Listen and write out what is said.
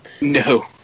No